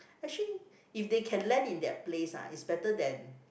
actually if they can land in that place ah it's better than